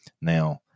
Now